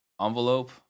envelope